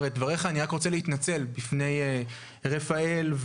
רוצה להתנצל בפני רפאל,